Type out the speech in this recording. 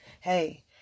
Hey